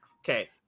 Okay